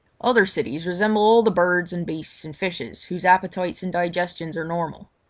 other cities resemble all the birds and beasts and fishes whose appetites and digestions are normal.